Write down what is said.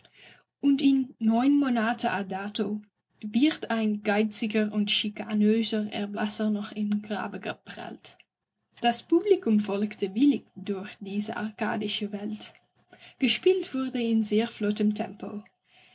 und in neun monate dato wird ein geiziger und schikanöser erblasser noch im grabe geprellt das publikum folgte willig durch diese arkadische welt gespielt wurde in sehr flottem tempo